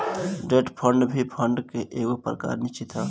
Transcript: debt fund भी fund के एगो प्रकार निश्चित